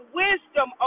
wisdom